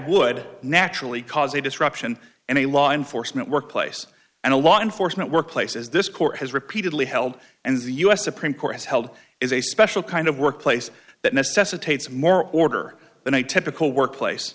would naturally cause a disruption and a law enforcement workplace and a law enforcement workplace as this court has repeatedly held and the us supreme court has held is a special kind of workplace that necessitates more order than a typical workplace